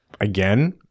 again